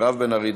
מירב בן ארי,